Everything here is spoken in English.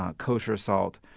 um kosher salt,